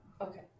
Okay